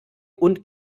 und